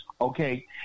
okay